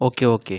okay okay